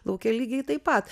lauke lygiai taip pat